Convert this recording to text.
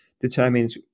determines